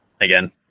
again